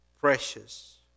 precious